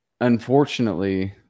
unfortunately